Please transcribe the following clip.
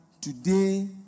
today